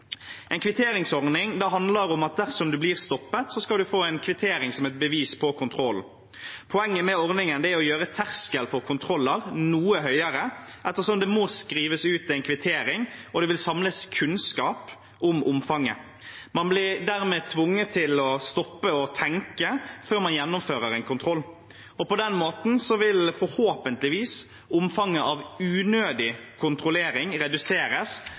handler om at dersom man blir stoppet, skal man få en kvittering som et bevis på kontroll. Poenget med ordningen er å gjøre terskelen for kontroller noe høyere ettersom det må skrives ut en kvittering, og det vil samles kunnskap om omfanget. Man blir dermed tvunget til å stoppe og tenke før man gjennomfører en kontroll. På den måten vil forhåpentligvis omfanget av unødig kontrollering reduseres,